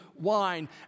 wine